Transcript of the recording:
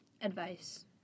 advice